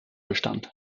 bestand